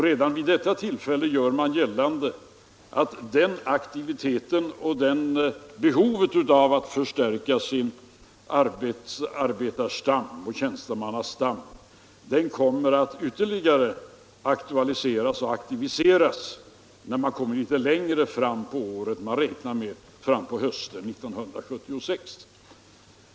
Redan nu görs det gällande att företagens behov av att förstärka sin arbetarstam och tjänstemannastam kommer att ytterligare accentueras längre fram på året — rapporterna talar om hösten 1976.